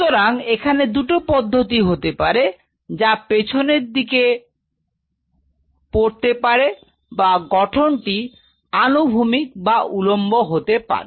সুতরাং এখানে দুটো পদ্ধতি হতে পারে যা পেছনের দিকে পাড়তে পারে বা গঠনটি আনুভূমিক বা উলম্ব হতে পারে